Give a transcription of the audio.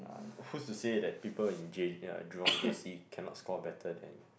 uh who's to say that people in J ya Jurong J_C cannot score better than